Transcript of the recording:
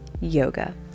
yoga